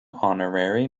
honorary